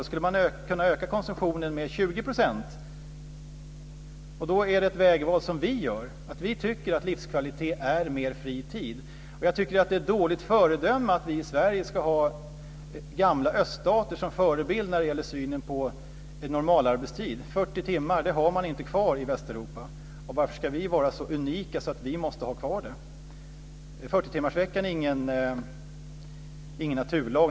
Då skulle man kunna öka konsumtionen med 20 %. Då är det ett vägval som vi gör att vi tycker att livskvalitet är mer fri tid. Jag tycker också att det är ett dåligt föredöme att vi i Sverige ska ha gamla öststater som förebild när det gäller synen på normalarbetstid. 40 timmar har man inte kvar i Västeuropa. Varför ska vi vara så unika att vi måste ha kvar det? 40-timmarsveckan är naturligtvis ingen naturlag.